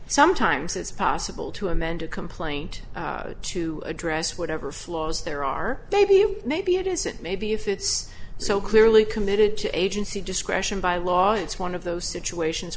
sometimes it's possible to amend a complaint to address whatever flaws there are maybe you maybe it isn't maybe if it's so clearly committed to agency discretion by law it's one of those situations